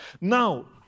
Now